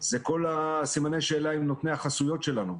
וזה כל סימני השאלה עם נותני החסויות שלנו.